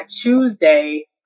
Tuesday